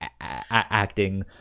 acting